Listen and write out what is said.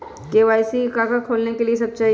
KYC का का खोलने के लिए कि सब चाहिए?